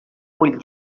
vull